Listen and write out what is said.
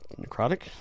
necrotic